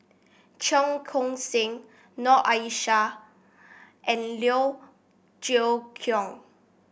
Cheong Koon Seng Noor Aishah and Liew Geok Leong